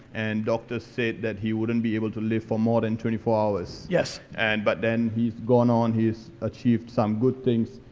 and doctors said that he wouldn't be able to live for more than twenty four hours. and but then, he's gone on, he's achieved some good things,